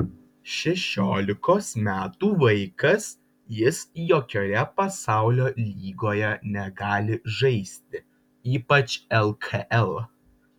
šešiolikos metų vaikas jis jokioje pasaulio lygoje negali žaisti ypač lkl